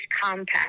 compact